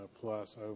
plus